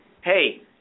hey